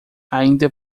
ainda